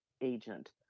agent